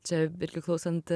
čia vėlgi klausant